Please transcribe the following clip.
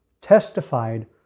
testified